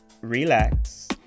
relax